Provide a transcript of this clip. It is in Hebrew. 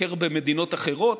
לבקר במדינות אחרות,